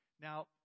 Now